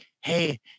hey